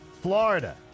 Florida